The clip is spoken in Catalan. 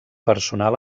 personal